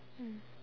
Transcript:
mm